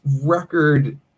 record